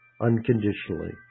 unconditionally